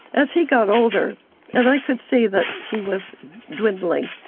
as he got older and i could see that he was dwindling,